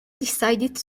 decided